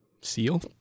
seal